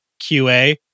QA